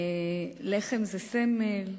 לחם זה סמל,